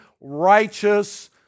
righteous